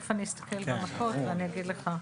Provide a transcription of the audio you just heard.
תכף אני אסתכל ואני אגיד לך.